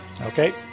Okay